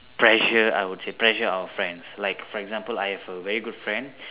pressure I would say pressure our friends like for example I have a very good friend